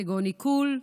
כגון עיקול,